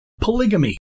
polygamy